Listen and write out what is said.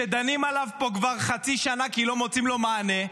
שדנים עליו פה כבר חצי שנה כי לא מוצאים לו מענה,